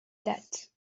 date